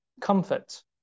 Comfort